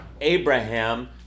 Abraham